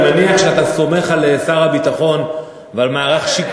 אני מניח שאתה סומך על שר הביטחון ועל מערך,